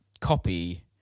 copy